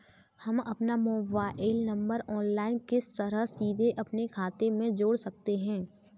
हम अपना mobile number online किस तरह सीधे अपने खाते में जोड़ सकते हैं?